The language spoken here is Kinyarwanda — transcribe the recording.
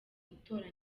gutora